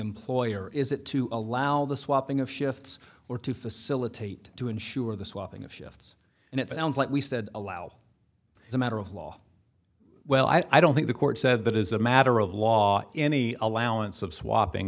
employer is it to allow the swapping of shifts or to facilitate to ensure the swapping of shifts and it sounds like we said aloud as a matter of law well i don't think the court said that is a matter of law any allowance of swapping